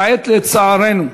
כעת, לצערנו,